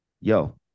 yo